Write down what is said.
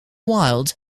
wild